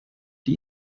die